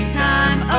time